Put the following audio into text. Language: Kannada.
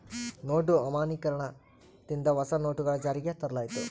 ನೋಟು ಅಮಾನ್ಯೀಕರಣ ದಿಂದ ಹೊಸ ನೋಟುಗಳು ಜಾರಿಗೆ ತರಲಾಯಿತು